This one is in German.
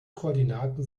koordinaten